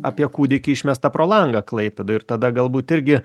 apie kūdikį išmestą pro langą klaipėdoj ir tada galbūt irgi